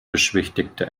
beschwichtigte